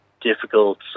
difficult